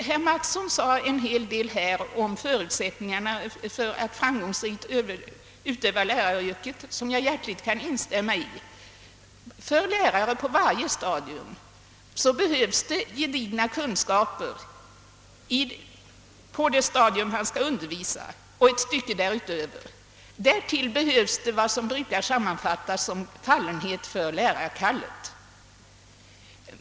Herr Mattsson yttrade en hel del om förutsättningarna för att framgångsrikt utöva läraryrket som jag hjärtligt kan instämma i. För lärare på varje stadium behövs det gedigna kunskaper på det stadium där han skall undervisa och ett stycke därutöver. Därtill krävs vad som brukar sammanfattas som fallenhet för lärarkallet.